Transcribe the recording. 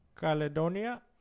Caledonia